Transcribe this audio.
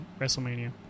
WrestleMania